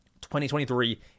2023